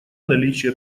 наличие